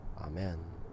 amen